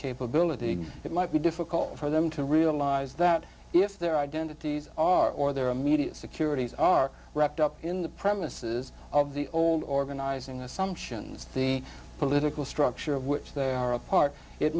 capability it might be difficult for them to realize that if their identities are or their immediate securities are wrapped up in the premises of the old organizing assumptions the political structure of which they are a part it